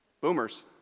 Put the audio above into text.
Boomers